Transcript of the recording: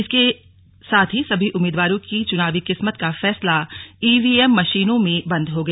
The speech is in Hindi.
इसके साथ ही सभी उम्मीदवारों की चुनावी किस्मत का फैसला ईवीएम मशीनों में बंद हो गया